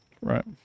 Right